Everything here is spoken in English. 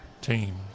team